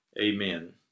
Amen